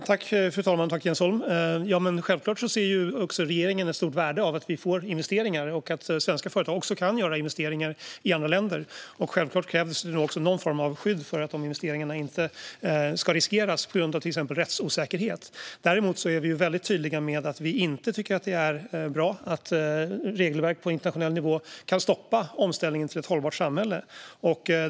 Fru talman! Självklart ser regeringen ett stort värde i att vi får investeringar och att svenska företag kan göra investeringar i andra länder. Och självklart krävs det någon form av skydd för att de investeringarna inte ska riskeras på grund av till exempel rättsosäkerhet. Vi är dock väldigt tydliga med att vi inte tycker att det är bra att regelverk på internationell nivå kan stoppa omställningen till ett hållbart samhälle.